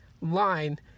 line